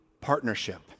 partnership